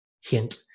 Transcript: Hint